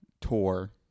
tour